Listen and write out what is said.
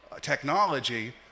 Technology